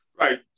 Right